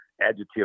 adjective